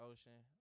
Ocean